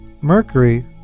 Mercury